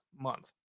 month